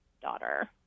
daughter